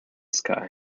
sky